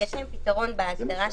יש להם פתרון בהגדרה.